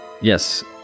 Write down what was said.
yes